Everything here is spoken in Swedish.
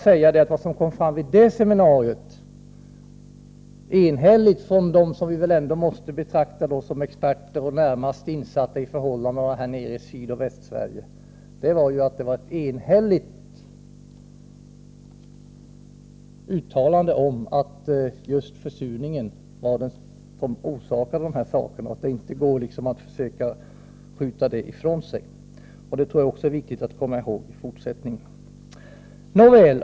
Men vid detta seminarium gjorde de som vi väl måste betrakta som experter och närmast insatta i förhållandena i Sydoch Västsverige ett enhälligt uttalande om att just försurningen orsakar de här problemen och att det inte går att skjuta detta faktum ifrån sig. Det tror jag är viktigt att komma ihåg i fortsättningen.